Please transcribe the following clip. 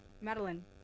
Madeline